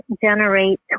generate